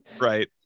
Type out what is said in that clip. Right